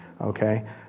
okay